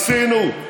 עשינו,